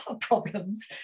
problems